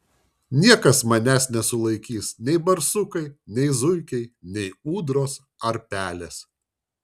niekas manęs nesulaikys nei barsukai nei zuikiai nei ūdros ar pelės